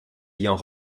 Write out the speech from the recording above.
ayant